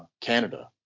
Canada